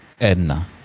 edna